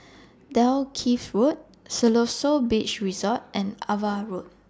Dalkeith Road Siloso Beach Resort and AVA Road